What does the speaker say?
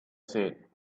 said